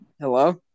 Hello